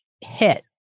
hit